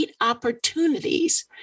opportunities